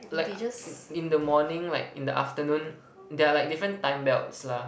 like u~ in the morning like in the afternoon there are like different time belts lah